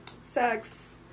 sex